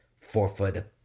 four-foot